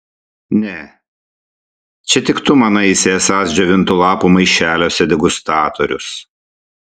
ne čia tik tu manaisi esąs džiovintų lapų maišeliuose degustatorius